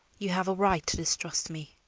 you have a right to distrust me,